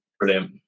Brilliant